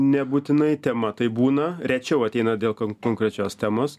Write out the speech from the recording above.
nebūtinai tema tai būna rečiau ateina dėl konkrečios temos